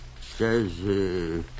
Says